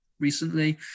recently